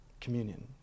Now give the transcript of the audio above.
communion